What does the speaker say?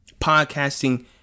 Podcasting